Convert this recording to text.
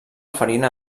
farina